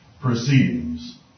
proceedings